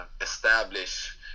establish